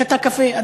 שתה קפה,